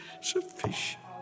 sufficient